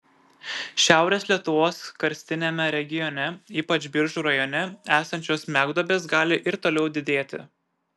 šiaurės lietuvos karstiniame regione ypač biržų rajone esančios smegduobės gali ir toliau didėti